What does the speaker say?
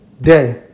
day